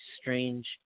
strange